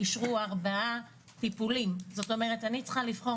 אישרו ארבעה טיפולים וזה אומר שאני צריכה לבחור